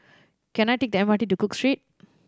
can I take the M R T to Cook Street